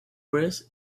press